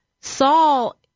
Saul